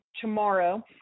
tomorrow